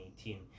2018